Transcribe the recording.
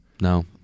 No